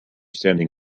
standing